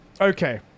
Okay